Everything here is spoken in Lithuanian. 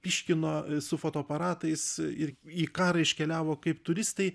pyškino su fotoaparatais ir į karą iškeliavo kaip turistai